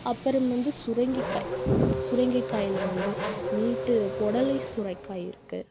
அப்புறம் வந்து சுரங்கிக்காய் சுரங்கிக்காயில் வந்து நீட்டு பொடலை சுரைக்காய் இருக்கு